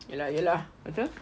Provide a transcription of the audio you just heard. ye lah ye lah lepastu